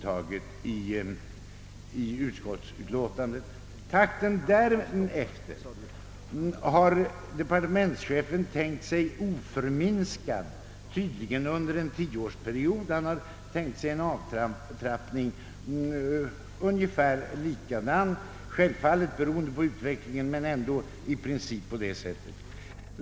Takten därefter har departementschefen tänkt sig oförminskad — tydligen under en tioårsperiod. Han har tänkt sig en avtrappning av driftbidraget med i princip 2,5 miljoner kronor per år — självfallet beroende på utvecklingen.